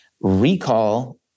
recall